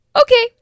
Okay